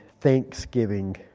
thanksgiving